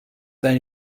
they